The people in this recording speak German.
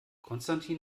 konstantin